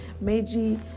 Meiji